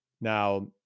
Now